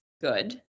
good